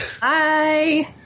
Bye